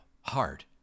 Hard